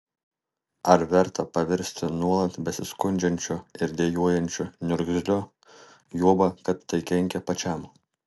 ar verta pavirsti nuolat besiskundžiančiu ir dejuojančiu niurgzliu juoba kad tai kenkia pačiam